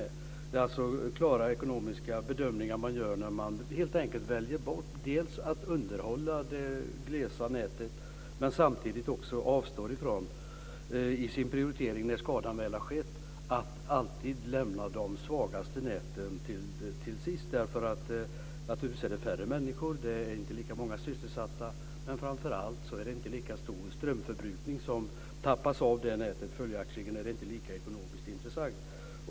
Det är alltså klara ekonomiska bedömningar man gör när man dels helt enkelt väljer bort att underhålla de glesa näten, dels också i prioriteringen när skadan väl har skett alltid lämnar de svagaste näten till sist. Det är naturligtvis färre människor. Det är inte lika många sysselsatta. Men framför allt är det inte lika stor strömförbrukning som tappas av nätet. Följaktligen är det inte lika ekonomiskt intressant.